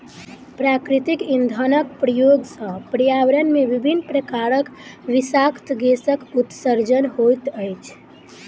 प्राकृतिक इंधनक प्रयोग सॅ पर्यावरण मे विभिन्न प्रकारक विषाक्त गैसक उत्सर्जन होइत अछि